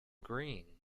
green